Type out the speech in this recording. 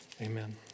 amen